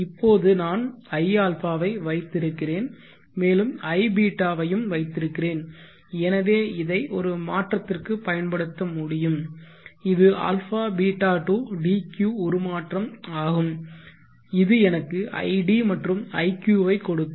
இப்போது நான் iα ஐ வைத்திருக்கிறேன் மேலும் iβ ஐயும் வைத்திருக்கிறேன் எனவே இதை ஒரு மாற்றத்திற்கு பயன்படுத்த முடியும் இது αβ to dq உருமாற்றம் ஆகும் இது எனக்கு id மற்றும் iq வை கொடுக்கும்